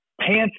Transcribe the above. pants